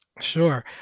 Sure